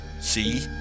see